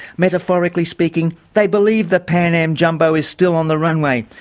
metaphorically speaking, they believe the pan am jumbo is still on the runway,